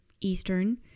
Eastern